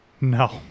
No